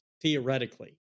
Theoretically